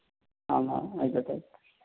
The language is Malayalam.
ആ ആ ആയിക്കോട്ടെ